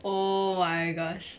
oh my gosh